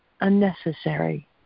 unnecessary